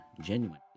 genuine